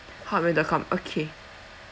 hotmail dot com okay